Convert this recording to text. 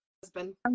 husband